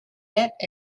yet